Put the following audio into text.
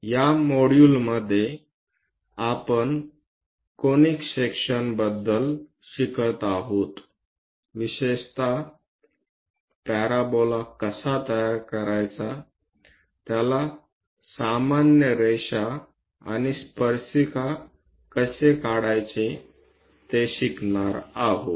या मॉड्यूल मध्ये आपण कोनिक सेक्शनबद्दल शिकत आहोत विशेषत पॅराबोला कसा तयार करायचा त्याला सामान्य रेषा आणि स्पर्शिका कसे काढायचे ते शिकणार आहोत